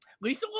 Lisa